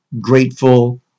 grateful